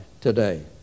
today